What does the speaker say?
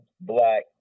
Black